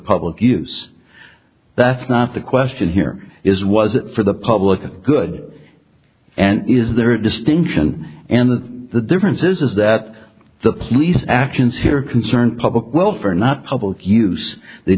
public use that's not the question here is was it for the public good and is there a distinction and the difference is that the police actions here concern public welfare not public use they